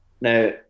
Now